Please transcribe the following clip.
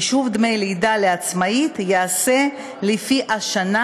חישוב דמי לידה לעצמאית ייעשה לפי השנה